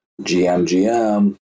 GMGM